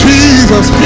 Jesus